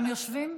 כולם יושבים?